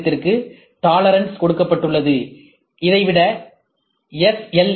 C இயந்திரத்திற்கு tolerance கொடுக்கப்பட்டுள்ளது இதைவிட எஸ்